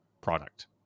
product